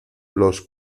los